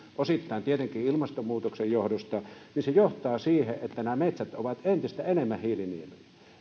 osittain tietenkin ilmastonmuutoksen johdosta ja se johtaa siihen että nämä metsät ovat entistä enemmän hiilinieluja